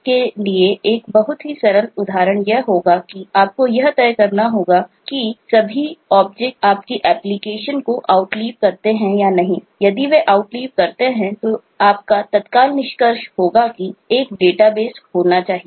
यदि वे आउटलाइव करते हैं तो आपका तत्काल निष्कर्ष होगा कि एक डेटाबेस होना चाहिए